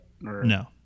No